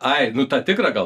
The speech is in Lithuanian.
ai nu tą tikrą gal